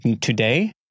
today